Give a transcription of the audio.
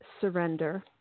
surrender